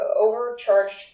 overcharged